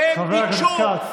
והם ביקשו, חבר הכנסת כץ.